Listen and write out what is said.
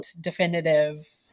definitive